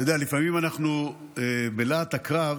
אתה יודע, לפעמים בלהט הקרב